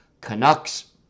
Canucks